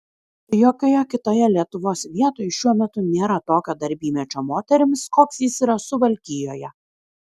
jokioje kitoje lietuvos vietoj šiuo metu nėra tokio darbymečio moterims koks jis yra suvalkijoje